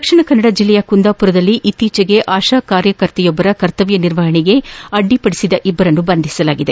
ದಕ್ಷಿಣಕನ್ನಡ ಜಿಲ್ಲೆಯ ಕುಂದಾಪುರದಲ್ಲಿ ಇತ್ತೀಚೆಗೆ ಆಶಾ ಕಾರ್ಯಕರ್ತೆಯೊಬ್ಬರ ಕರ್ತವ್ಲ ನಿರ್ವಹಣೆಗೆ ಅಡ್ಡಿ ಪಡಿಸಿದ ಇಬ್ಬರನ್ನು ಬಂಧಿಸಲಾಗಿದೆ